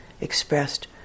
expressed